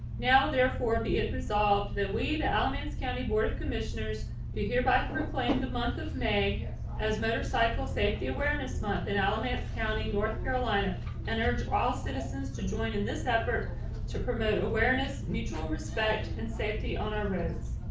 now therefore be it resolved that we the alamance county board of commissioners do hereby proclaim the month of may as motorcycle safety awareness month in alamance. county, north carolina and urge all citizens to join in this effort to promote awareness, mutual respect and safety on our roads.